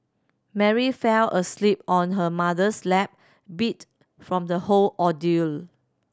Mary fell asleep on her mother's lap beat from the whole ordeal